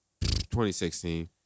2016